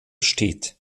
steht